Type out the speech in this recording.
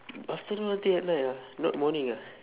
afternoon until at night ah not morning ah